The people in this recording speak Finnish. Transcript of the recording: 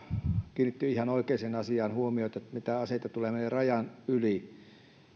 kiinnitti ihan oikeaan asiaan huomiota siihen mitä aseita tulee meille rajan yli